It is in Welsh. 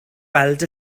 weld